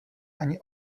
ani